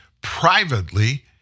privately